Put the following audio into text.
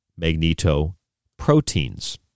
magnetoproteins